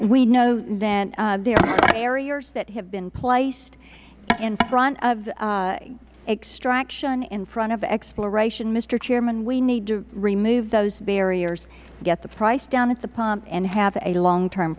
we know that there are barriers that have been placed in front of extraction in front of exploration mister chairman we need to remove those barriers get the price down at the pump and have a long term